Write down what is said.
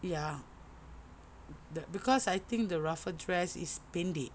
ya cause I think the ruffle dress is pendek